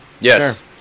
Yes